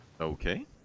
Okay